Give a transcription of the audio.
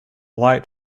light